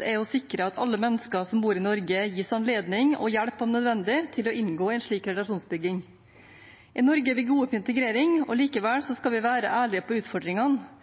er å sikre at alle mennesker som bor i Norge, gis anledning og hjelp, om nødvendig, til å inngå slik relasjonsbygging. I Norge er vi gode på integrering, likevel skal vi være ærlige på utfordringene.